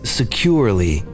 securely